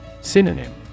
Synonym